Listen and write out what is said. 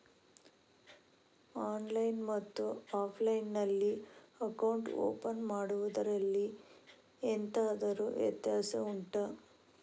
online ಮತ್ತು offline ನಲ್ಲಿ account open ಮಾಡುವುದರಲ್ಲಿ ಎಂತಾದರು ವ್ಯತ್ಯಾಸ ಉಂಟಾ